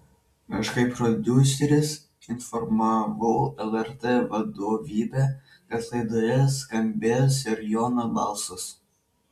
aš kaip prodiuseris informavau lrt vadovybę kad laidoje skambės ir jono balsas